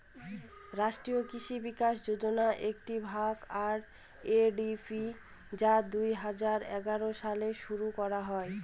রাষ্ট্রীয় কৃষি বিকাশ যোজনার একটি ভাগ আর.এ.ডি.পি যা দুই হাজার এগারো সালে শুরু করা হয়